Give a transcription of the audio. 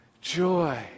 Joy